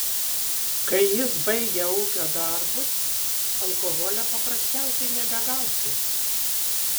kai jis baigia ūkio darbus alkoholio paprasčiausiai nebegausi